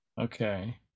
Okay